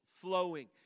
flowing